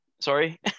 Sorry